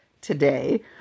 today